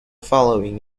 following